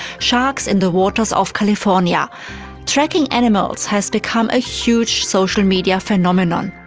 sharks in the waters of california tracking animals has become a huge social media phenomenon.